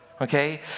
okay